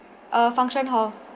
err function hall